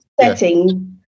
setting